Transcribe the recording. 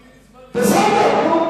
לב.